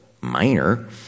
Minor